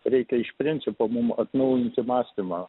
reikia iš principo mum atnaujinti mąstymą